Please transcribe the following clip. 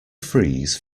freeze